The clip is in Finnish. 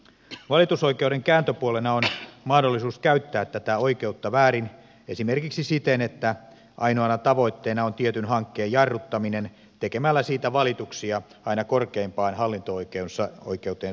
valitusoikeuden kääntöpuolena on mahdollisuus käyttää tätä oikeutta väärin esimerkiksi siten että ainoana tavoitteena on tietyn hankkeen jarruttaminen tekemällä siitä valituksia aina korkeimpaan hallinto oikeuteen saakka